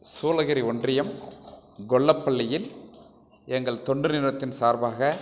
சோழகிரி ஒன்றியம் கொல்லப்பள்ளியில் எங்கள் தொண்டு நிறுவனத்தின் சார்பாக